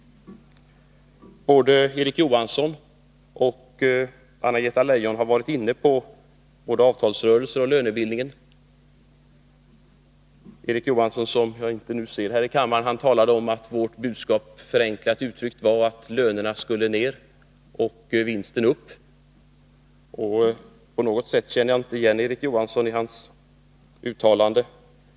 Både Erik Johansson och Anna-Greta Leijon har varit inne på avtalsrörelser och lönebildning. Erik Johansson — som jag inte nu ser här i kammaren — talade om att vårt budskap, förenklat uttryckt, var att lönerna skulle ner och vinsten upp. På något sätt känner jag inte igen Erik Johansson i hans uttalande.